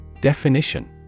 Definition